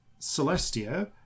Celestia